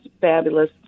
fabulous